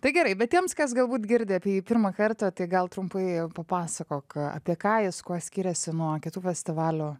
tai gerai bet tiems kas galbūt girdi apie jį pirmą kartą tai gal trumpai papasakok apie ką jis kuo skiriasi nuo kitų festivalių